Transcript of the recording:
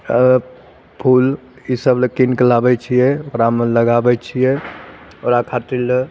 आ फूल इसब लए कीन कए लाबै छियै ओकरामे लगाबै छियै ओकरा खातिर लए